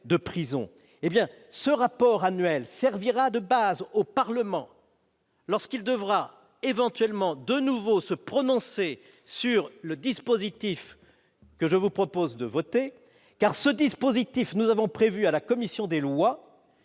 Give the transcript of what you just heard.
hé bien ce rapport annuel, servira de base au Parlement. Lorsqu'il devra éventuellement de nouveau se prononcer sur le dispositif que je vous propose de voter car ce dispositif, nous avons prévu à la commission des lois